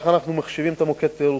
למה אנחנו מחשיבים מוקד תיירותי?